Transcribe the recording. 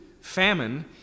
famine